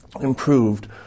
improved